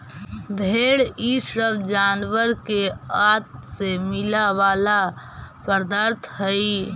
भेंड़ इ सब जानवर के आँत से मिला वाला पदार्थ हई